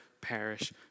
perish